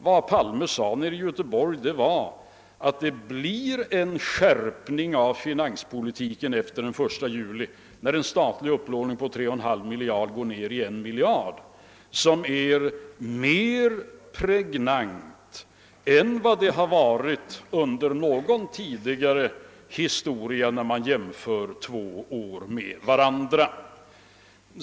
Vad statsministern sade nere i Göteborg var att det blir en skärpning av finanspolitiken efter den 1 juli, när en statlig upplåning på 3,5 miljarder går ned i 1 miljard, en skärpning som är mer pregnant än någon gång tidigare, om man jämför två år med varandra.